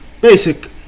basic